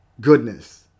goodness